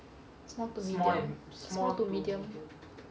small to medium